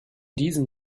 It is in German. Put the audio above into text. diesem